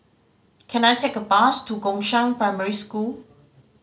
can I take a bus to Gongshang Primary School